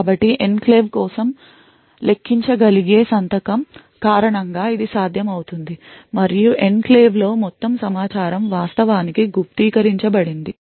కాబట్టి ఎన్క్లేవ్ కోసం లెక్కించగలిగే సంతకం కారణంగా ఇది సాధ్యమవుతుంది మరియు ఎన్క్లేవ్లోని మొత్తం సమాచారం వాస్తవానికి గుప్తీకరించబడింది